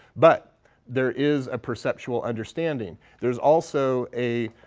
but there is a perceptual understanding. there's also a,